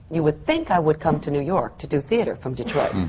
you would think i would come to new york to do theatre from detroit.